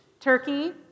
Turkey